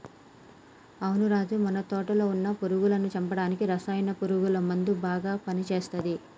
అవును రాజు మన తోటలో వున్న పురుగులను చంపడానికి రసాయన పురుగుల మందు బాగా పని చేస్తది